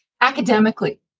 academically